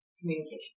communication